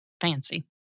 Fancy